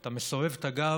אתה מסובב את הגב,